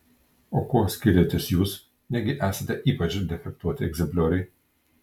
o kuo skiriatės jūs negi esate ypač defektuoti egzemplioriai